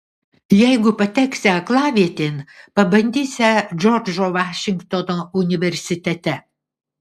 jeigu pateksią aklavietėn pabandysią džordžo vašingtono universitete